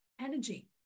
energy